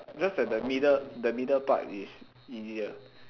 just that the middle the middle part is easier